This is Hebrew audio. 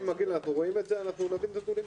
אנחנו נביא נתונים.